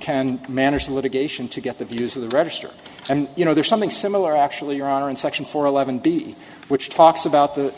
can manage the litigation to get the views of the register and you know there's something similar actually your honor in section four eleven b which talks about the